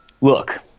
look